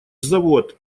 завод